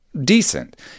decent